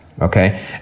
Okay